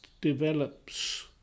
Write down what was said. develops